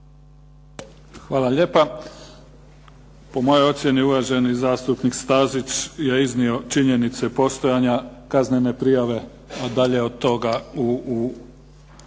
Hvala lijepa. Po mojoj ocjeni uvaženi zastupnik Stazić je iznio činjenice postojanja kaznene prijave a dalje od toga nije,